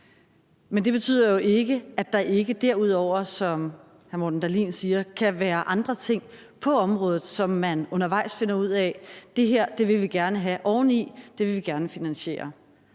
Men det betyder jo ikke, at der ikke derudover, som hr. Morten Dahlin siger, kan være andre ting på området, hvor man undervejs finder ud af, at det her vil vi gerne have oveni, og det vil vi gerne finansiere.